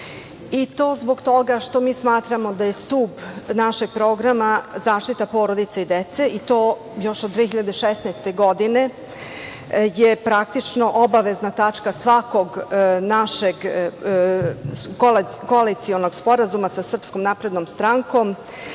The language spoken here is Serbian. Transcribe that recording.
i to zbog toga što mi smatramo da je stub našeg programa zaštita porodice i dece. To je još od 2016. godine je praktično obavezna tačka svakog našeg koalicionog sporazuma, sa SNS, da pravo